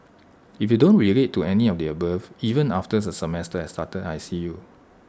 if you don't relate to any of the above even after the semester has started I see you